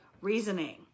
reasoning